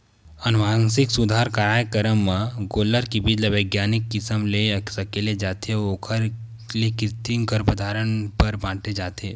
अनुवांसिक सुधार कारयकरम म गोल्लर के बीज ल बिग्यानिक किसम ले सकेले जाथे अउ ओखर ले कृतिम गरभधान बर बांटे जाथे